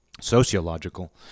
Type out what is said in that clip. sociological